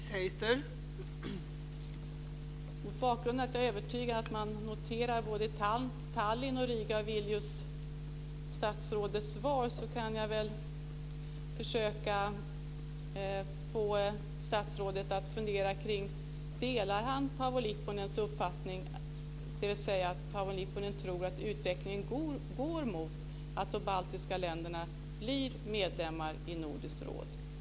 Fru talman! Mot bakgrund av att jag är övertygad om att man noterar statsrådets svar både i Tallinn, Riga och Vilnius vill jag försöka få statsrådet att fundera kring om han delar Paavo Lipponens uppfattning. Paavo Lipponen tror att utvecklingen går mot att de baltiska länderna blir medlemmar i Nordiska rådet.